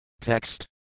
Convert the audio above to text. Text